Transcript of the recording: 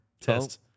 test